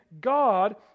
God